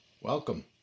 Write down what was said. Welcome